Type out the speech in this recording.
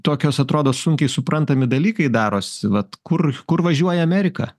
tokios atrodo sunkiai suprantami dalykai darosi vat kur važiuoja amerika